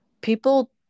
people